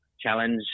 challenge